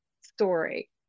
story